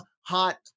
hot